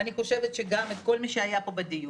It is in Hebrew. ואני חושבת שגם את כל מי שהיה פה בדיון,